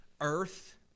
earth